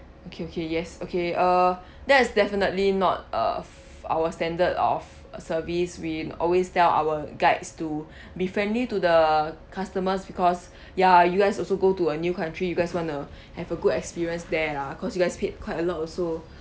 okay okay yes okay uh that's definitely not uh our standard of service we always tell our guides to be friendly to the customers because ya you guys also go to a new country you guys wanna have a good experience there lah cause you guys paid quite a lot also